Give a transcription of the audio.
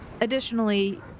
Additionally